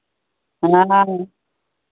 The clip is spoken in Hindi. हाँ